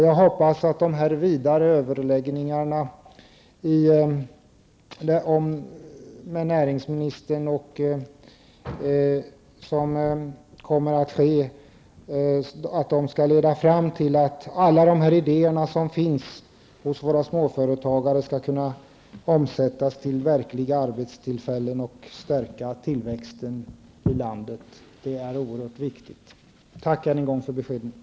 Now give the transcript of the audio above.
Jag hoppas att de vidare överläggningarna med näringsministern skall leda fram till att alla de idéer som finns hos våra småföretagare skall kunna omsättas till verkliga arbetstillfällen och stärka tillväxten i landet. Det är oerhört viktigt. Tack än en gång för beskeden.